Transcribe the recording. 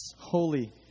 holy